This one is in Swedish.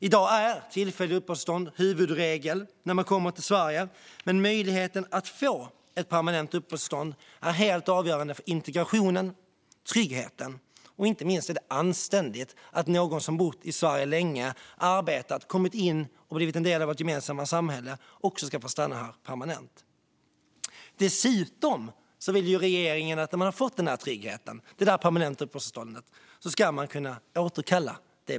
I dag är tillfälliga uppehållstillstånd huvudregel när man kommer till Sverige. Men möjligheten att få ett permanent uppehållstillstånd är helt avgörande för integrationen och tryggheten, och inte minst är det anständigt att någon som bott i Sverige länge, arbetat och kommit in i och blivit en del av vårt gemensamma samhälle också får stanna här permanent. Dessutom vill regeringen att när man har fått den där tryggheten, det permanenta uppehållstillståndet, ska beslutet kunna återkallas.